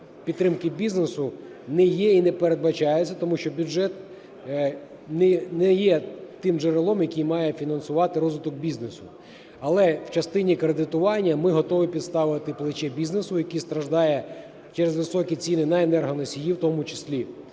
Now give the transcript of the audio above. підтримки бізнесу не є і не передбачається, тому що бюджет не є тим джерелом, який має фінансувати розвиток бізнесу. Але в частині кредитування ми готові підставити плече бізнесу, який страждає через високі ціни на енергоносії в тому числі.